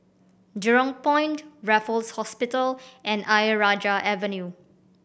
Jurong Point Raffles Hospital and Ayer Rajah Avenue